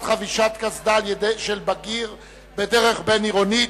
חבישת קסדה של בגיר בדרך בין-עירונית,